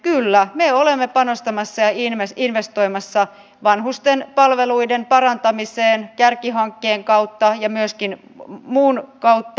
kyllä me olemme panostamassa ja investoimassa vanhusten palveluiden parantamiseen kärkihankkeen kautta ja myöskin muun kautta